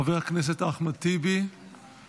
חבר הכנסת אחמד טיבי,